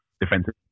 defensive